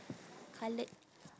coloured